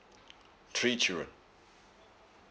three children